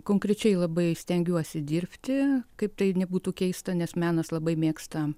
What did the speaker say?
konkrečiai labai stengiuosi dirbti kaip tai nebūtų keista nes menas labai mėgsta